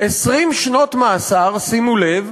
20 שנות מאסר, שימו לב,